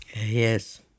Yes